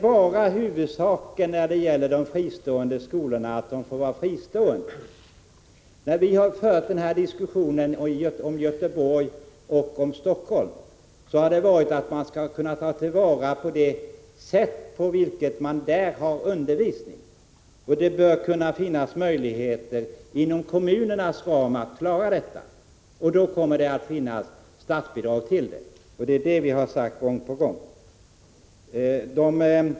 Är huvudsaken när det gäller de fristående skolorna att dessa får vara fristående? När vi fört den här diskussionen om Göteborg och om Helsingfors har vi velat tillvarata det sätt på vilket man där bedriver undervisning. Det bör kunna finnas möjligheter inom kommunernas ram att klara detta, och då kommer det att finnas statsbidrag till verksamheten. Det är det vi har sagt gång på gång.